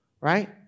right